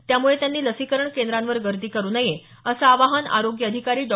त्यामुळे त्यांनी लसीकरण केंद्रावर गर्दी करू नये असं आवाहन आरोग्य अधिकारी डॉ